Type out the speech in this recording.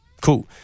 cool